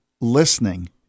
listening